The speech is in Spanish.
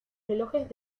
relojes